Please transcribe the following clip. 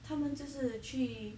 他们就是去